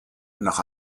nach